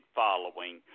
following